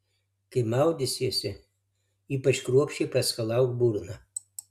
kai maudysiesi ypač kruopščiai praskalauk burną